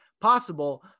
possible